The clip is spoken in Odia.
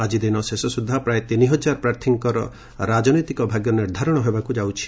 ଆଜି ଦିନ ଶେଷ ସୁଦ୍ଧା ପ୍ରାୟ ତିନି ହଜାର ପ୍ରାର୍ଥୀଙ୍କର ରାଜନୈତିକ ଭାଗ୍ୟ ନିର୍ଦ୍ଧାରଣ ହେବାକୁ ଯାଉଛି